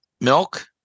Milk